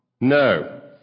No